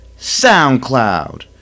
SoundCloud